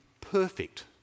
perfect